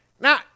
Now